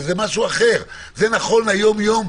משהו אחר זה נכון ליום-יום,